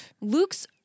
Luke's